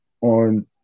On